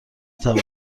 توانم